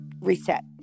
reset